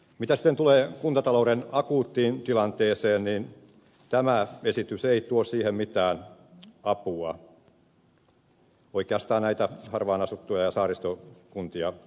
mitä sitten tulee kuntatalouden akuuttiin tilanteeseen niin tämä esitys ei tuo siihen mitään apua oikeastaan näitä harvaanasuttuja ja saaristokuntia lukuun ottamatta